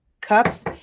cups